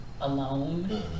alone